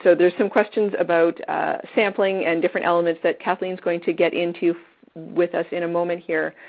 so there's some questions about sampling and different elements that kathleen's going to get into with us in a moment here,